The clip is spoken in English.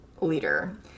leader